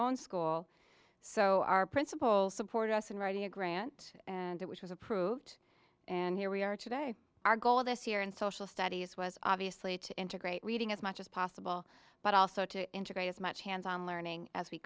own school so our principal supported us in writing a grant and it was approved and here we are today our goal this year in social studies was obviously to integrate reading as much as possible but also to integrate as much hands on learning as